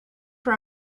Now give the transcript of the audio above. for